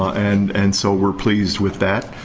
and and so, we're pleased with that.